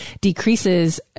decreases